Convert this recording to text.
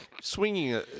swinging